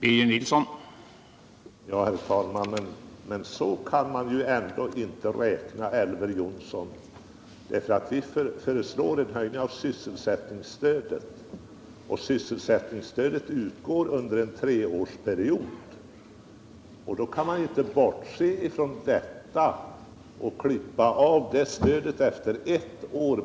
Herr talman! Men så kan man ju ändå inte räkna, Elver Jonsson. Vi föreslår en höjning av sysselsättningsstödet, och sysselsättningsstödet utgår under en treårsperiod. Då kan man inte bortse från detta och klippa av stödet efter ett år.